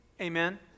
Amen